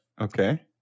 okay